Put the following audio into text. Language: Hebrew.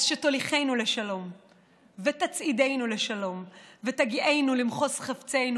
אז "שתוליכנו לשלום ותצעידנו לשלום ותגיענו למחוז חפצנו,